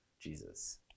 Jesus